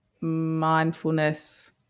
mindfulness